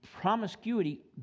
promiscuity